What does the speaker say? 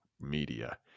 media